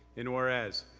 and whereas,